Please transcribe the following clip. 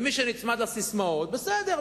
מי שנצמד לססמאות, בסדר.